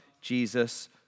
Jesus